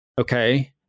Okay